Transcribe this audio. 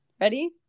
ready